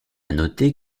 noter